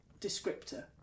descriptor